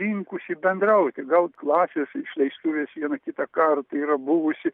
linkusi bendrauti gal klasės išleistuvėse vieną kitą kartą yra buvusi